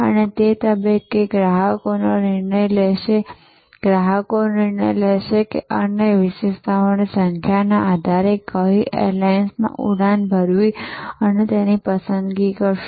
અને તે તબક્કે ગ્રાહકો નિર્ણય લેશે કે અન્ય વિશેષતાઓની સંખ્યાના આધારે કઈ એરલાઈન્સમાં ઉડાન ભરવી તેની પસંદગી કરશે